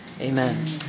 Amen